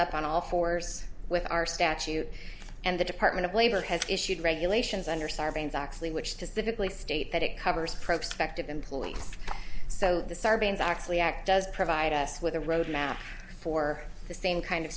up on all fours with our statute and the department of labor has issued regulations under sarbanes oxley which to state that it covers prospect of employees so the sarbanes oxley act does provide us with a roadmap for the same kind of